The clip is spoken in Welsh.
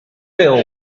bil